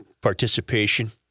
participation